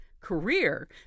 Career